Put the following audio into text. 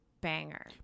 banger